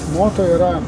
moto yra